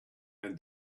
and